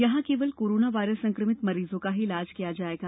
यहां केवल corona virus संक्रमित मरीजों का ही इलाज किया जायेगा